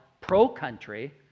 pro-country